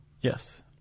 Yes